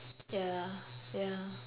ya ya